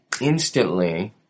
instantly